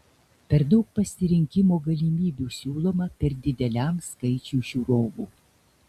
per daug pasirinkimo galimybių siūloma per dideliam skaičiui žiūrovų